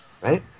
right